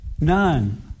None